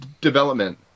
development